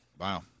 Wow